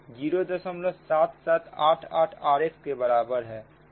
और rx07788 rxके बराबर है